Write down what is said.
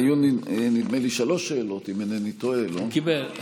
היו, נדמה לי, שלוש שאלות, אם אינני טועה, לא?